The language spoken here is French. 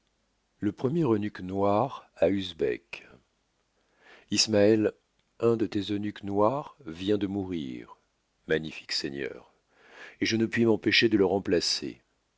le premier eunuque noir à usbek i smaël un de tes eunuques noirs vient de mourir magnifique seigneur et je ne puis m'empêcher de le remplacer